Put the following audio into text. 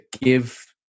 give